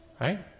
right